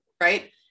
right